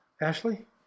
Ashley